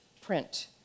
print